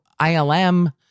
ILM